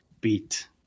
beat